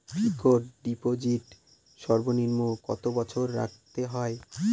Fixed deposit সর্বনিম্ন কত বছর রাখতে হয়?